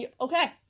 Okay